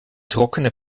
trockene